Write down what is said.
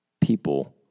people